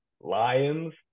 lions